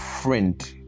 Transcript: friend